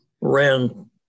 ran